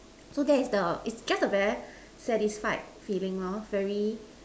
so that is the it's just a very satisfied feeling lor very